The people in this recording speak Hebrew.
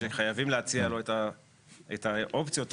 שחייבים להציע לו את האופציות האלה,